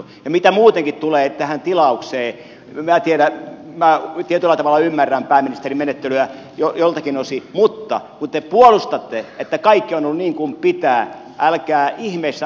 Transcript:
ja mitä muutenkin tulee tähän tilaukseen en minä tiedä minä tietyllä tavalla ymmärrän pääministerin menettelyä joltakin osin mutta kun te puolustatte että kaikki on ollut niin kuin pitää älkää ihmeessä